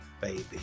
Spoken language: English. baby